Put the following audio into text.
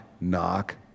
knock